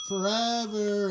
Forever